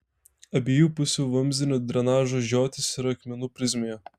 abiejų pusių vamzdinio drenažo žiotys yra akmenų prizmėje